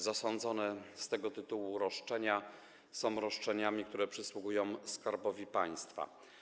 Zasądzone z tego tytułu roszczenia są roszczeniami, które przysługują Skarbowi Państwa.